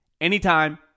anytime